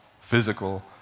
physical